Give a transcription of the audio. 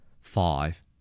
Five